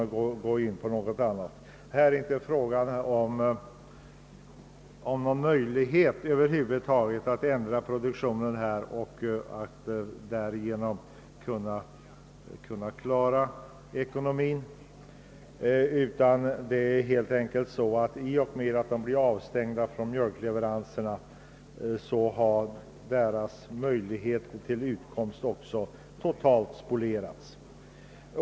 Det finns över huvud taget inga möjligheter att ändra produktionen och därigenom klara ekonomin. I och med att dessa jordbrukare blir avstängda från mjölkleveranserna har också deras utkomstmöjligheter totalt spolierats.